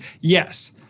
Yes